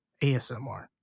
ASMR